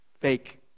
fake